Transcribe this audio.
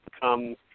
come